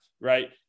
right